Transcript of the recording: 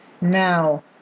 Now